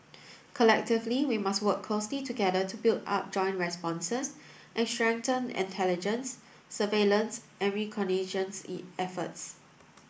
collectively we must work closely together to build up joint responses and strengthen intelligence surveillance and reconnaissance efforts